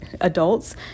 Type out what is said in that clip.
adults